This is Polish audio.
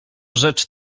rzecz